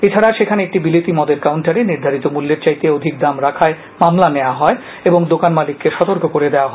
এছাড়া সেখানে একটি বিলেতি মদের কাউন্টারে নির্ধারিত মূল্যের চাইতে অধিক দাম রাখায় মামলা নেওয়া হয় এবং দোকান মালিককে সতর্ক করে দেওয়া হয়